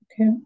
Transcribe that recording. Okay